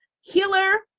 healer